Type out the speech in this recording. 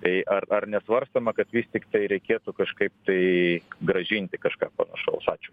tai ar ar nesvarstoma kad vis tiktai reikėtų kažkaip tai grąžinti kažką panašaus ačiū